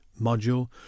module